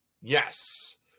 Yes